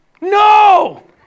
No